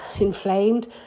inflamed